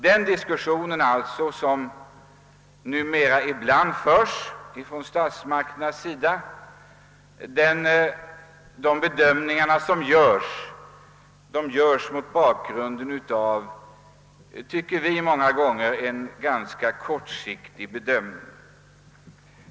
Det resonemang som numera ibland förs av statsmak terna är enligt vår åsikt ofta grundat på kortsiktiga bedömningar.